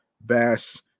Bass